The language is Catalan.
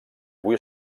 avui